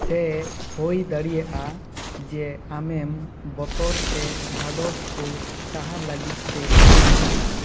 ᱥᱮ ᱦᱩᱭ ᱫᱟᱲᱮᱭᱟᱜᱼᱟ ᱡᱮ ᱟᱢᱮᱢ ᱵᱚᱛᱚᱨ ᱥᱮ ᱫᱷᱟᱫᱚᱥ ᱠᱚ ᱥᱟᱦᱟ ᱞᱟᱹᱜᱤᱫ ᱛᱮ ᱠᱤᱨᱤᱧ ᱮᱫᱟᱢ